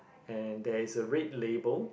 and there is a red label